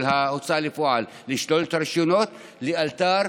ההוצאה לפועל לשלול את הרישיונות לאלתר,